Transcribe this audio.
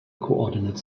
coordinate